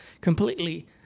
completely